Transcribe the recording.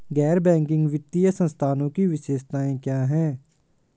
गैर बैंकिंग वित्तीय संस्थानों की विशेषताएं क्या हैं?